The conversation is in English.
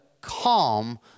calm